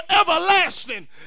everlasting